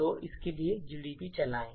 तो इसके लिए GDB चलाएं